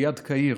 ליד קהיר,